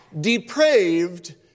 depraved